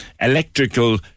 electrical